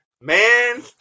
Man